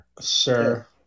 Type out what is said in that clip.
Sure